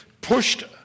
pushed